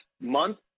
month